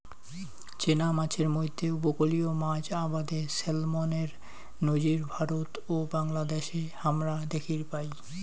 চেনা মাছের মইধ্যে উপকূলীয় মাছ আবাদে স্যালমনের নজির ভারত ও বাংলাদ্যাশে হামরা দ্যাখির পাই